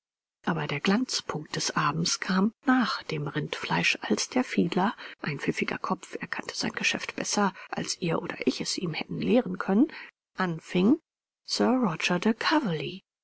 aber der glanzpunkt des abends kam nach dem rindfleisch als der fiedler ein pfiffiger kopf er kannte sein geschäft besser als ihr oder ich es ihm hätte lehren können anfing